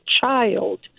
Child